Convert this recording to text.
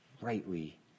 rightly